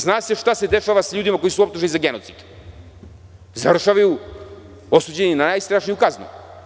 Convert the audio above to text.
Zna se šta se dešava sa ljudima koji su optuženi za genocid, završavaju osuđeni na najstrašniju kaznu.